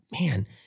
Man